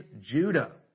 Judah